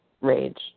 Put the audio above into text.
rage